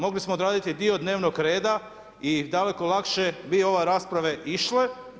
Mogli smo odraditi dio dnevnog reda i daleko lakše bi ove rasprave išle.